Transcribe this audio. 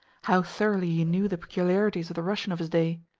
how thoroughly he knew the peculiarities of the russian of his day!